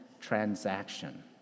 transaction